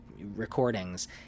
recordings